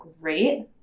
great